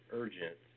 urgent